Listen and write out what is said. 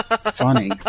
Funny